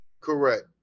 Correct